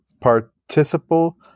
participle